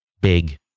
big